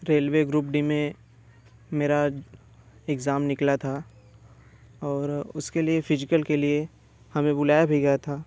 railway group D में मेरा exam निकला था और उसके लिए फिजिकल के लिए हमें बुलाया भी गया था